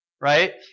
right